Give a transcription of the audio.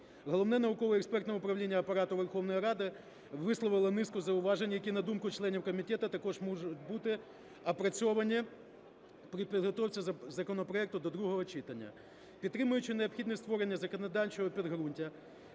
Головне науково-експертне управління Апарату Верховної Ради висловило низку зауважень, які, на думку членів комітету, також можуть бути опрацьовані при підготовці законопроекту до другого читання. Підтримуючи необхідне створення законодавчого підґрунтя,